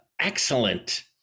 excellent